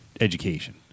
education